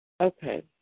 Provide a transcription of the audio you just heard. Okay